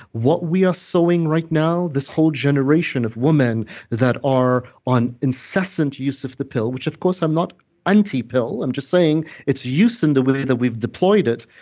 what we are sowing right now, this whole generation of women that are on incessant use of the pill, which, of course, i'm not anti-pill, i'm just saying, its use in the way that we've deployed it,